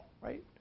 right